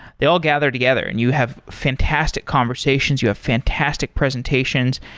they all gather together, and you have fantastic conversations. you have fantastic presentations,